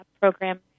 program